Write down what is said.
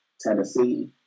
Tennessee